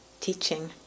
teaching